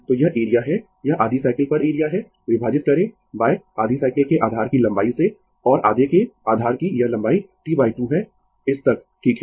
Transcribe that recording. तो यह एरिया है यह आधी साइकिल पर एरिया है विभाजित करें आधी साइकिल के आधार की लंबाई से और आधे के आधार की यह लंबाई T2 है इस तक ठीक है